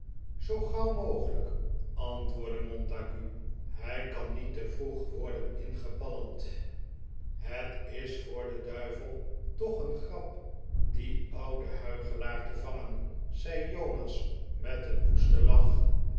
zoo gauw mogelijk antwoordde montague hij kan niet te vroeg worden ingepalmd het is voor den duivel toch een grap dien ouden huichelaar te vangen zei jonas met een woesten lach